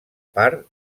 part